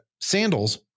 sandals